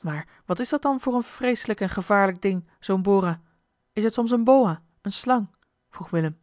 maar wat is dat dan voor een vreeselijk en gevaarlijk ding zoo'n bora is het soms een boa eene slang vroeg willem